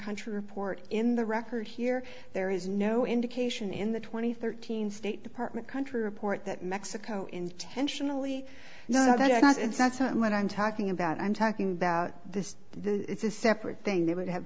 country report in the record here there is no indication in the twenty thirteen state department country report that mexico intentionally was in such a time when i'm talking about i'm talking about this the it's a separate thing they would have